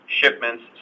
Shipments